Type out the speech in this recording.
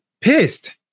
pissed